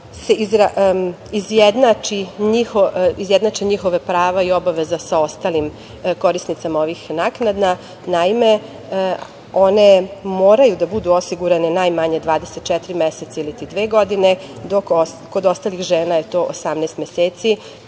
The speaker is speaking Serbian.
izjednače njihova prava i obaveze sa ostalim korisnicama ovih naknada. Naime, one moraju da budu osigurane najmanje 24 meseca iliti dve godine, dok kod ostalih žena je to 18 meseci,